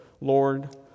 Lord